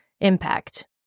impact